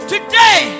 Today